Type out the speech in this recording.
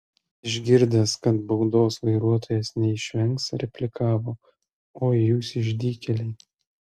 išgirdęs kad baudos vairuotojas neišvengs replikavo oi jūs išdykėliai